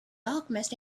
alchemist